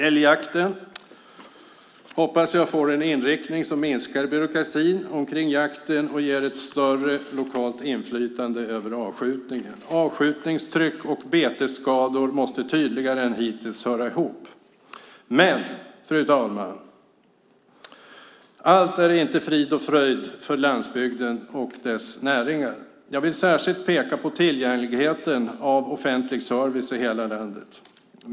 Älgjakten hoppas jag får en inriktning som minskar byråkratin omkring jakten och ger ett större lokalt inflytande över avskjutningen. Avskjutningstryck och betesskador måste tydligare än hittills höra ihop. Men allt är inte frid och fröjd för landsbygden och dess näringar. Jag vill särskilt peka på tillgängligheten av offentlig service i hela landet.